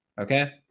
okay